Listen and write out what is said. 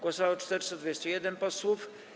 Głosowało 421 posłów.